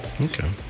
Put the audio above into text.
Okay